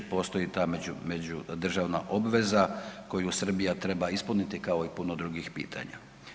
Postoji ta međudržavna obveza koju Srbija treba ispuniti kao i puno drugih pitanja.